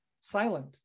silent